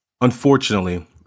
unfortunately